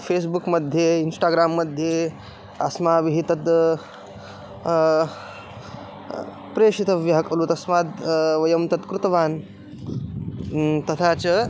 फ़ेस्बुक्मध्ये इन्स्टाग्राम्मध्ये अस्माभिः तद् प्रेषितव्यः खलु तस्मात् वयं तत् कृतवान् तथा च